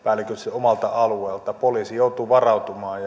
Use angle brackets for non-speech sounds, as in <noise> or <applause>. omalta alueelta poliisi joutuu varautumaan <unintelligible>